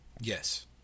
Yes